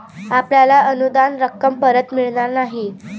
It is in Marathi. आपल्याला अनुदान रक्कम परत मिळणार नाही